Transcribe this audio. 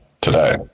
today